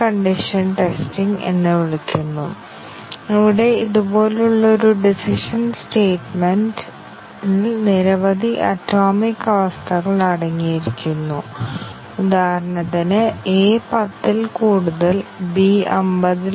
coverage അടിസ്ഥാനമാക്കിയുള്ളവയിൽ ചില program ഘടകങ്ങളുടെ കവറേജ് നേടുന്നതിനാണ് ടെസ്റ്റ് കേസുകൾ രൂപകൽപ്പന ചെയ്തിരിക്കുന്നത് ഞങ്ങൾ പ്രസ്താവനകൾ മൂടിവയ്ക്കാൻ ശ്രമിച്ചേക്കാം വ്യവസ്ഥകൾ അല്ലെങ്കിൽ തീരുമാനങ്ങൾ മറയ്ക്കാൻ ശ്രമിച്ചേക്കാം